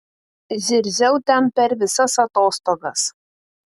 zirziau ten per visas atostogas